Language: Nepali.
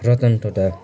रतन टाटा